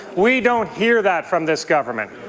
we don't hear that from this government.